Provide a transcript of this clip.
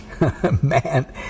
man